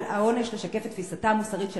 על העונש לשקף את תפיסתה המוסרית של